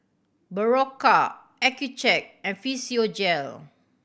Berocca Accucheck and Physiogel